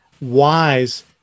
wise